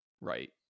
Right